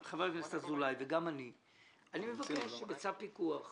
אני מבקש שבצו הפיקוח השרים,